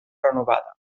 renovada